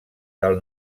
del